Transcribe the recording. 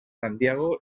santiago